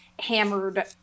hammered